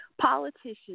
politicians